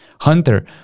Hunter